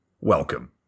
welcome